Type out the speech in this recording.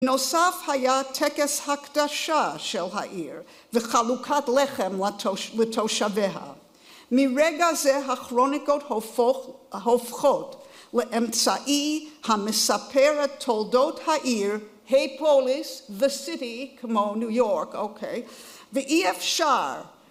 נוסף היה טקס הקדשה של העיר, וחלוקת לחם לתושביה. מרגע זה, הכרוניקות הופכות לאמצעי המספרת תולדות העיר, היפוליס, the city, כמו ניו יורק, אוקיי, ואי אפשר.